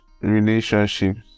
relationships